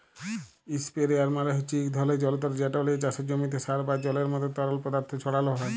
ইসপেরেয়ার মালে হছে ইক ধরলের জলতর্ যেট লিয়ে চাষের জমিতে সার বা জলের মতো তরল পদাথথ ছড়ালো হয়